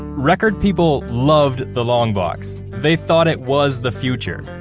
record people loved the long box. they thought it was the future.